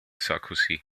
sarkozy